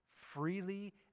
freely